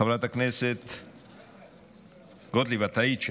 חברת הכנסת גוטליב, את היית שם.